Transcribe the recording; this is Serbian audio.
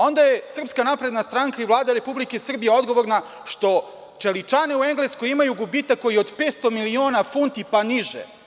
Onda je SNS i Vlada Republike Srbije odgovorna što čeličane u Engleskoj imaju gubitak koji je od 500 miliona funti pa niže.